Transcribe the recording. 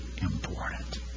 important